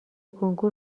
کنکور